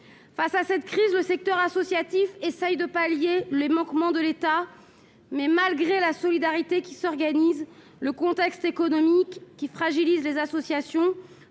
Face à cette crise, le secteur associatif essaie de pallier les manquements de l'État. Malgré la solidarité qui s'organise, le contexte économique fragilise les associations